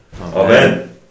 Amen